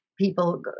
people